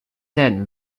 then